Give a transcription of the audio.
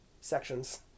sections